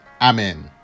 amen